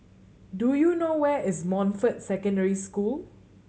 do you know where is Montfort Secondary School